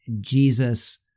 Jesus